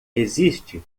existe